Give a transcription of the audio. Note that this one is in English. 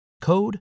code